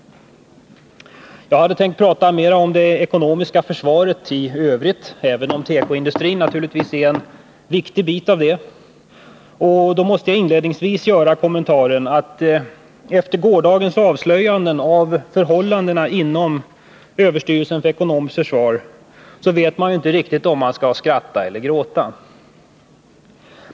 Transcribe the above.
Jag hade tänkt prata mer om det ekonomiska försvaret i övrigt, även om tekoindustrin naturligtvis är en viktig del av det, och då måste jag inledningsvis göra kommentaren att man — efter gårdagens avslöjanden om förhållandena inom överstyrelsen för ekonomiskt försvar — inte riktigt vet om man skall skratta eller gråta.